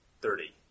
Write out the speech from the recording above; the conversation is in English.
Thirty